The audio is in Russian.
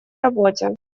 работе